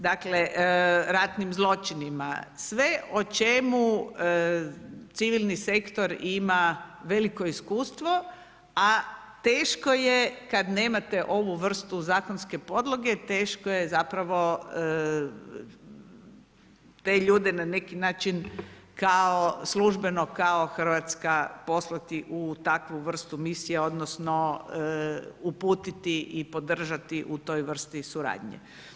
Dakle, ratnim zločinima, sve o čemu civilni sektor ima veliko iskustvo, a teško je kad nemate ovu vrstu zakonske podloge, teško je zapravo te ljude na neki način kao službeno kao hrvatska poslati u takvu vrstu misija odnosno uputiti i podržati u toj vrsti suradnje.